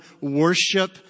worship